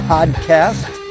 Podcast